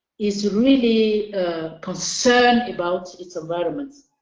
is really concerned about its environment.